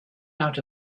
out